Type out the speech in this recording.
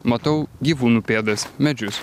matau gyvūnų pėdas medžius